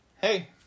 hey